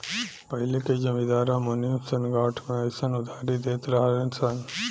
पहिले के जमींदार आ मुनीम सन गाछ मे अयीसन उधारी देत रहलन सन